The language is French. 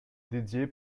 dédiée